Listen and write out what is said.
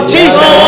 Jesus